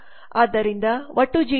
ಆದ್ದರಿಂದ ಒಟ್ಟು ಜಿಡಿಪಿ 8